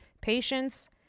patience